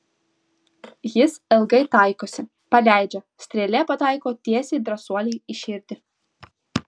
jis ilgai taikosi paleidžia strėlė pataiko tiesiai drąsuoliui į širdį